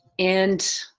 and